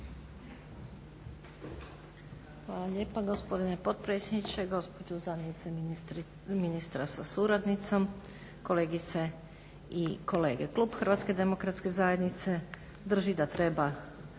Hvala lijepo gospodine potpredsjedniče. Gospođo zamjenice ministra sa suradnicom, kolegice i kolege. Klub HDZ-a drži da treba